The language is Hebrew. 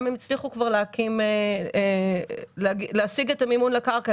גם אם הצליחו להשיג את המימון לקרקע,